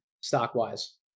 stock-wise